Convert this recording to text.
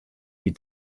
die